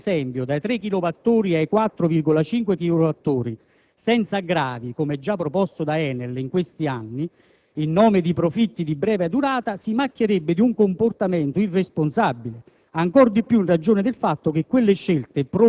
proponesse ai consumatori di passare, ad esempio, dai 3 chilowattora ai 4,5 chilowattora senza aggravi (come già proposto da ENEL in questi anni), in nome di profitti di breve durata, si macchierebbe di un comportamento irresponsabile,